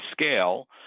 scale